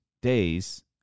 days